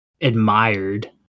admired